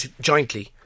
jointly